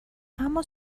اما